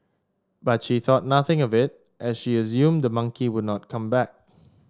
but she thought nothing of it as she assumed the monkey would not come back